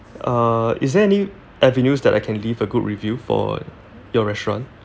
uh is there any avenues that I can leave a good review for your restaurant